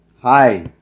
Hi